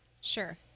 sure